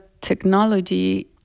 technology